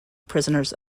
prisoners